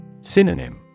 Synonym